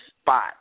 spot